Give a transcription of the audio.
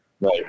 Right